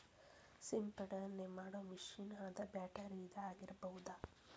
ಸಿಂಪಡನೆ ಮಾಡು ಮಿಷನ್ ಅದ ಬ್ಯಾಟರಿದ ಆಗಿರಬಹುದ